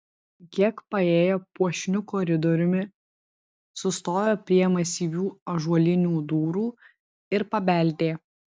kiek paėję puošniu koridoriumi sustojo prie masyvių ąžuolinių durų ir pabeldė